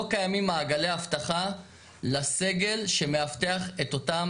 לא קיימים מעגלי אבטחה לסגל שמאבטח את אותם